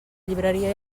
llibreria